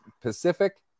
Pacific